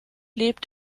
lebt